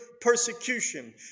persecution